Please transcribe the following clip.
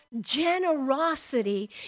generosity